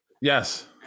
yes